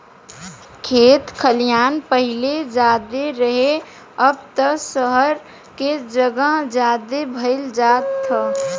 खेत खलिहान पाहिले ज्यादे रहे, अब त सहर के जगह ज्यादे भईल जाता